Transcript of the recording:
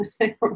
Right